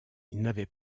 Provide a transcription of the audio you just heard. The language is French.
n’avait